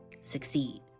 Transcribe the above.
succeed